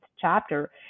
chapter